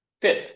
Fifth